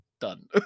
Done